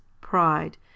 pride